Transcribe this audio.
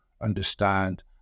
understand